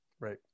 Right